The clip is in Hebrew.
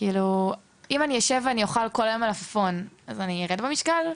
אם אני אוכל כל היום מלפפון וארד במשקל,